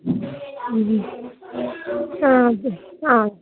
ആ ആ